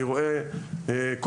אני רואה קורקינטים,